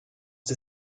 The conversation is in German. der